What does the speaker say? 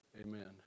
Amen